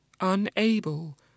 unable